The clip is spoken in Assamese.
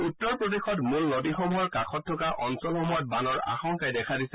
উত্তৰ প্ৰদেশত মূল নদীসমূহৰ কাষত থকা অঞ্চলসমূহত বানৰ আশংকাই দেখা দিছে